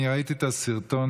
אני ראיתי את הסרטון,